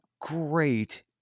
Great